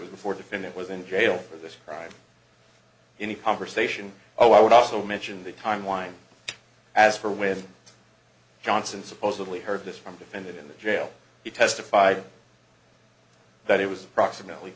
was before defendant was in jail for this crime in a conversation oh i would also mention the timeline as for when johnson supposedly heard this from defendant in the jail he testified that it was approximately